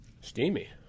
Steamy